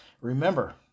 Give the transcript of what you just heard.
Remember